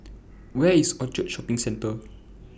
Where IS Orchard Shopping Centre